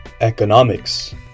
Economics